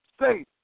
safe